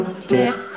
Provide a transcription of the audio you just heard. Tip